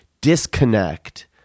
disconnect